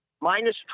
Minus